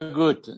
good